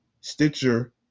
Stitcher